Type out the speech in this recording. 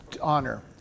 honor